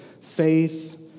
Faith